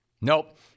Nope